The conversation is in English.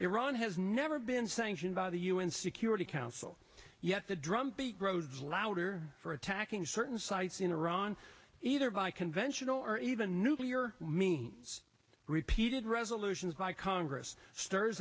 iran has never been sanctioned by the un security council yet the drumbeat rhoads louder for attacking certain sites in iran either by conventional or even nuclear means repeated resolutions by congress stirs